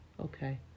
okay